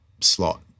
slot